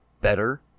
better